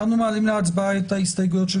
אנחנו מעלים להצבעה את ההסתייגויות של